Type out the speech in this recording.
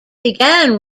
began